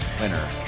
winner